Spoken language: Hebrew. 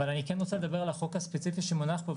אבל אני כן רוצה לדבר על החוק הספציפי שמונח פה.